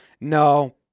No